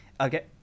okay